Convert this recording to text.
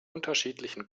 unterschiedlichen